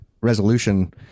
resolution